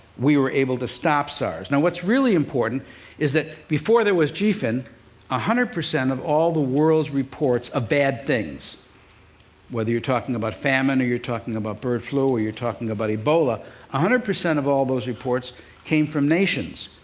we were able to stop sars. now, what's really important is that, before there was gphin, one ah hundred percent of all the world's reports of bad things whether you're talking about famine or you're talking about bird flu or you're talking about ebola one hundred percent of all those reports came from nations.